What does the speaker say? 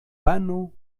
pano